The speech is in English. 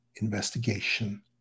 investigation